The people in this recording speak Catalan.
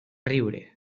riure